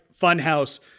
Funhouse